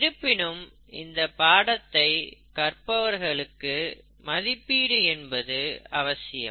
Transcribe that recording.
இருப்பினும் இந்த பாடத்திட்டத்தை கற்பவர்களுக்கு மதிப்பீடு என்பது அவசியம்